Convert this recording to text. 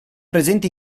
presente